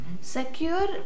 secure